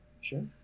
Sure